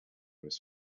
was